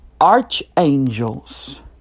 Archangels